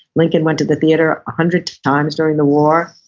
lincoln went to the theater a hundred times during the war.